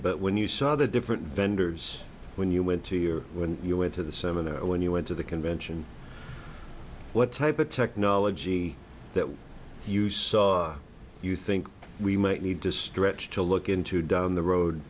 but when you saw the different vendors when you went to your when you went to the seven when you went to the convention what type of technology that you saw you think we might need to stretch to look into down the road